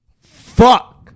Fuck